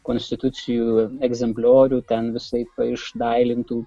konstitucijos egzempliorių ten visaip išdailintų